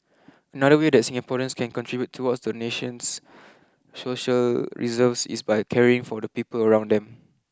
another way that Singaporeans can contribute towards the nation's social reserves is by caring for the people around them